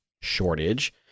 shortage